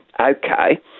okay